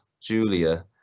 Julia